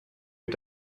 mit